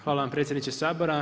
Hvala vam predsjedniče Sabora.